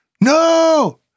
No